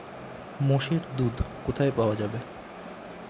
মোষের দুধ কোথায় পাওয়া যাবে?